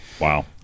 Wow